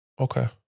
Okay